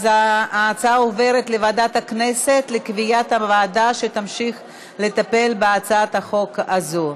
ההצעה עוברת לוועדת הכנסת לקביעת הוועדה שתמשיך לטפל בהצעת החוק הזאת.